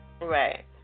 Right